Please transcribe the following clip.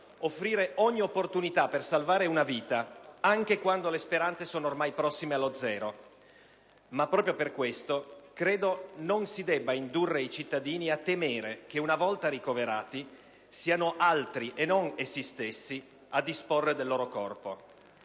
offrire ogni opportunità per salvare una vita, anche quando le speranze sono ormai prossime allo zero. Ma proprio per questo credo non si debba indurre i cittadini a temere che, una volta ricoverati, siano altri e non essi stessi a disporre del loro corpo.